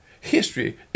History